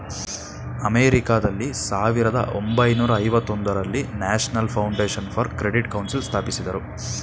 ಅಮೆರಿಕಾದಲ್ಲಿ ಸಾವಿರದ ಒಂಬೈನೂರ ಐವತೊಂದರಲ್ಲಿ national foundation for credit council ಸ್ಥಾಪಿಸಿದರು